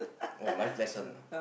oh life lesson